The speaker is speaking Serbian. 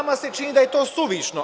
Nama se čini da je to suvišno.